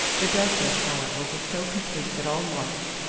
the darkness, however, was so complete that all marks,